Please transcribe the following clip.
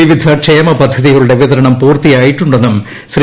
വിവിധ ക്ഷേമ പദ്ധതികളുടെ വിതരണം പൂർത്തിയായിട്ടുണ്ടെന്നും ശ്രീ